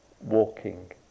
walking